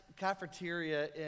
Cafeteria